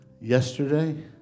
yesterday